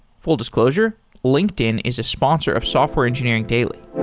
full disclosure linkedin is a sponsor of software engineering daily